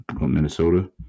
Minnesota